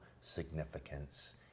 significance